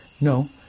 No